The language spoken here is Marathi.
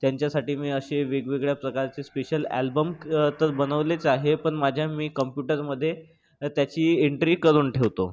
त्यांच्यासाठी मी असे वेगवेगळ्या प्रकारचे स्पेशल ॲल्बम तर बनवलेच आहेत पण माझ्या मी कम्प्युटरमध्ये त्याची एन्ट्री करून ठेवतो